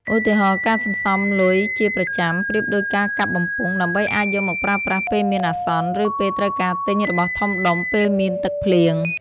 ឧទាហរណ៍ ការសន្សំលុយជាប្រចាំ (ប្រៀបដូចការកាប់បំពង់) ដើម្បីអាចយកមកប្រើប្រាស់ពេលមានអាសន្ន ឬពេលត្រូវការទិញរបស់ធំដុំ (ពេលមានទឹកភ្លៀង)។